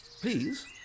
Please